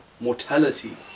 mortality